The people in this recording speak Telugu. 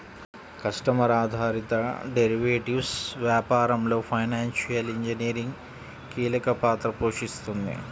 కస్టమర్ ఆధారిత డెరివేటివ్స్ వ్యాపారంలో ఫైనాన్షియల్ ఇంజనీరింగ్ కీలక పాత్ర పోషిస్తుంది